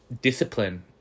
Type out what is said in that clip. discipline